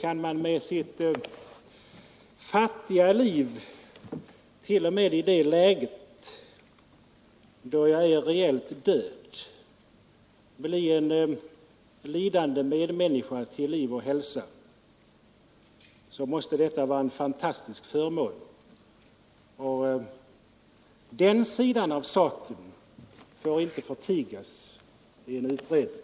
Om man med sitt fattiga liv till och med i det läget då man reellt är död kan bidra till att ge liv och hälsa åt en lidande medmänniska, måste detta framstå som en fantastisk förmån. Synpunkter av det slaget bör inte förtigas i en utredning.